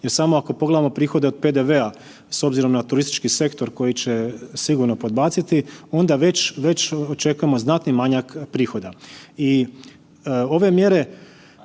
jer samo pogledamo prihode od PDV-a s obzirom na turistički sektor koji će sigurno podbaciti onda već očekujemo znatni manjak prihoda.